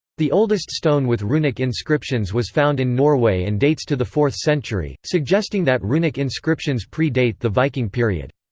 the oldest stone with runic inscriptions was found in norway and dates to the fourth century, suggesting that runic inscriptions pre-date the viking period.